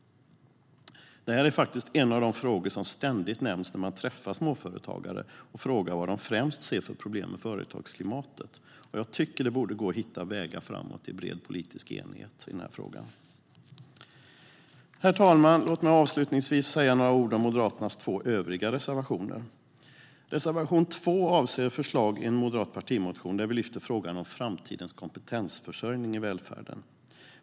Det här är faktiskt en av de frågor som ständigt nämns när man träffar småföretagare och frågar dem vad de främst ser för problem med företagsklimatet. Jag tycker att det borde gå att hitta vägar framåt i bred politisk enighet i denna fråga. Herr talman! Låt mig avslutningsvis säga några ord om Moderaternas två övriga reservationer. Reservation 2 avser förslag i en moderat partimotion, där vi lyfter frågan om framtidens kompetensförsörjning i välfärden.